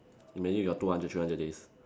imagine you got two hundred three hundred days